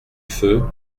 feu